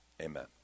amen